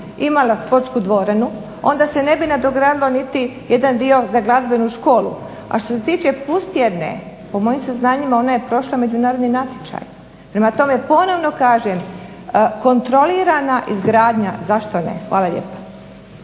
imala sportsku dvoranu, onda se ne bi nadogradilo niti jedan dio za glazbenu školu. A što se tiče Pustijerne po mojim saznanjima ona je prošla međunarodni natječaj. Prema tome, ponovno kažem kontrolirana izgradnja zašto ne. Hvala lijepa.